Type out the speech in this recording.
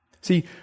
See